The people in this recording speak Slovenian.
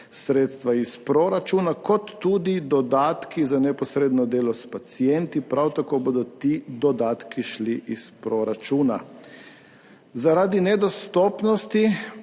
sredstva iz proračuna kot tudi dodatki za neposredno delo s pacienti. Prav tako bodo ti dodatki šli iz proračuna. Zaradi nedostopnosti